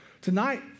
tonight